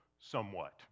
somewhat